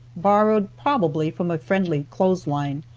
borrowed probably from a friendly clothesline,